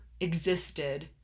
existed